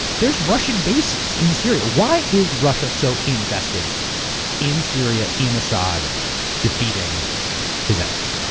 there's russian bases in syria. why is russia so invested in syria, in assad defeating his enemies?